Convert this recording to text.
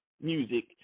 music